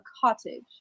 cottage